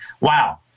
wow